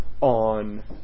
on